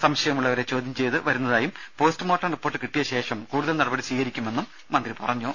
സംശയമുള്ളവരെ ചോദ്യം ചെയ്തു വരുന്നതായും പോസ്റ്റ്മോർട്ടം റിപ്പോർട്ട് കിട്ടിയതിന് ശേഷം കൂടുതൽ നടപടി സ്വീകരിക്കുമെന്നും മന്ത്രി പറഞ്ഞു